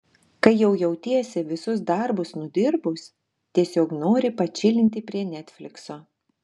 kai jau jautiesi visus darbus nudirbus tiesiog nori pačilinti prie netflikso